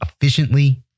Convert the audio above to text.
efficiently